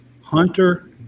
Hunter